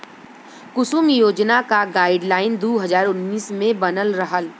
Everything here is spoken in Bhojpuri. कुसुम योजना क गाइडलाइन दू हज़ार उन्नीस मे बनल रहल